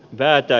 päätä